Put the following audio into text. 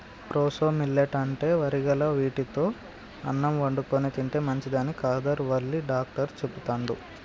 proso millet అంటే వరిగలు వీటితో అన్నం వండుకొని తింటే మంచిదని కాదర్ వల్లి డాక్టర్ చెపుతండు